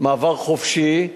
מעבר חופשי,